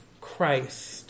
Christ